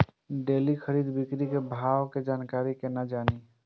Daily खरीद बिक्री के भाव के जानकारी केना जानी?